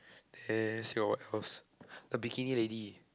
there's your what else the bikini lady